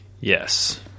Yes